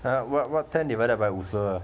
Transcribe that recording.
!huh! what what ten divided 五十二